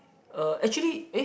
uh actually eh